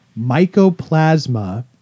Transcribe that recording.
mycoplasma